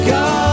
God